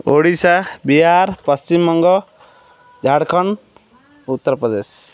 Odisha Bihar Paschimbanga Jharkhand Uttar Pradesh